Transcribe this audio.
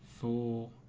four